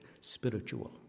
spiritual